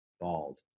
bald